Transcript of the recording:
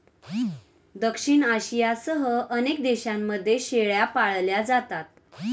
दक्षिण आशियासह अनेक देशांमध्ये शेळ्या पाळल्या जातात